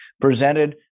presented